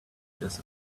just